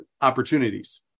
opportunities